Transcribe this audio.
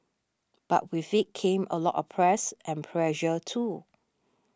but with it came a lot of press and pressure too